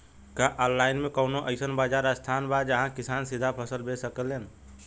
का आनलाइन मे कौनो अइसन बाजार स्थान बा जहाँ किसान सीधा फसल बेच सकेलन?